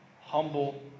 humble